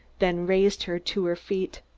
then raised her to her feet.